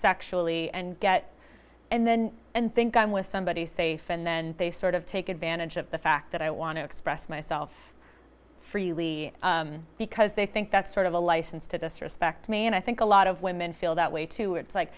sexually and get and then and think i'm with somebody safe and then they sort of take advantage of the fact that i want to express myself freely because they think that's sort of a license to disrespect me and i think a lot of women feel that way too it's like